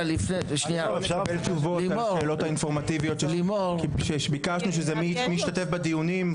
לא קיבלנו תשובות לשאלות אינפורמטיביות שביקשנו מי השתתף בדיונים,